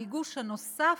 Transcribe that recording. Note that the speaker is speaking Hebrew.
הביקוש הנוסף,